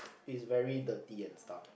is very dirty and stuff